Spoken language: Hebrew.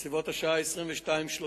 בסביבות השעה 22:30,